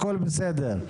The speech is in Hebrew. הכל בסדר.